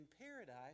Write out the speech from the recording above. paradise